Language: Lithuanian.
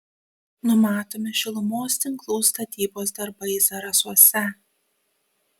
numatomi šilumos tinklų statybos darbai zarasuose